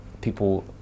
people